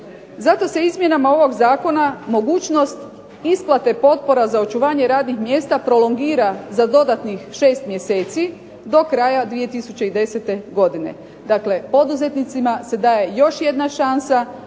Zato se izmjenama ovog zakona mogućnost isplate potpora za očuvanje radnih mjesta prolongira za dodatnih 6 mjeseci do kraja 2010. godine. Dakle, poduzetnicima se daje još jedna šansa